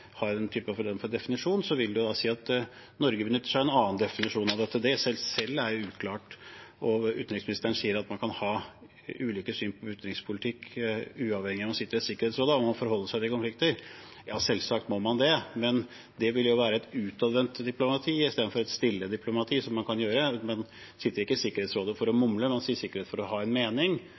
har en annen definisjon, vil det si at Norge benytter seg av en annen definisjon av dette, og det i seg selv er jo uklart. Utenriksministeren sier at man kan ha ulike syn på utenrikspolitikk og hvordan man forholder seg til konflikter, uavhengig av om man sitter i Sikkerhetsrådet. Selvsagt kan man det, men det vil være et utadvendt diplomati i stedet for et stille diplomati. Man sitter ikke i Sikkerhetsrådet for å mumle. Man sitter i Sikkerhetsrådet for å ha en mening.